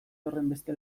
horrenbeste